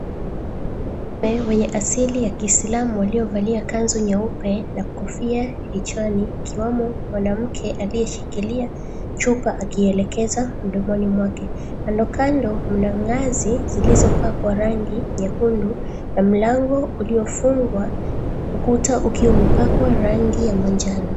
Mwanaume mwenye asili ya Kiislamu aliyevalia kazu nyeupe na kofia kichwani, ikiwemo mwananamke aliyeshikilia chupa akilelekeza mdomoni mwake. Kandokando mna mnazi zilizopakwa rangi nyekundu, na mlango uliofungwa. Ukuta ukiwa umepakwa rangi ya manjano.